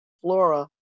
Flora